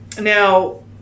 Now